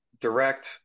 direct